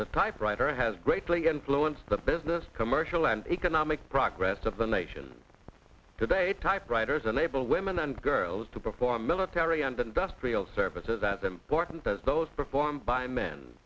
the typewriter has greatly influenced the business commercial and economic progress of the nation today typewriters unable women and girls to perform military and industrial services as important as those performed by men